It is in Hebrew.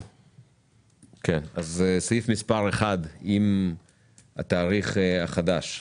סעיף מספר 1 עם התאריך החדש.